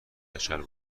کچل